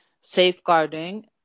safeguarding